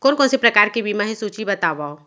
कोन कोन से प्रकार के बीमा हे सूची बतावव?